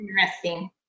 interesting